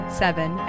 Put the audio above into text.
seven